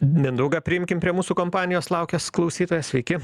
mindaugą priimkim prie mūsų kompanijos laukęs klausytojas sveiki